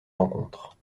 rencontre